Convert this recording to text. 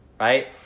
right